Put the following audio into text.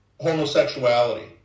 homosexuality